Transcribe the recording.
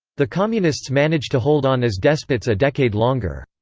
the communists managed to hold on as despots a decade longer.